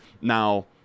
Now